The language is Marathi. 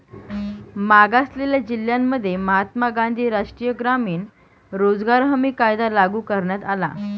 मागासलेल्या जिल्ह्यांमध्ये महात्मा गांधी राष्ट्रीय ग्रामीण रोजगार हमी कायदा लागू करण्यात आला